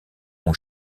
ont